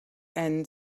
end